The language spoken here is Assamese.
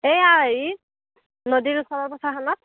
এয়া এই হেৰিত নদীৰ ওচৰৰ পথাৰখনত